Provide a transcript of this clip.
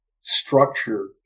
structure